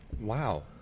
Wow